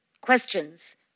Questions